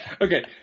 Okay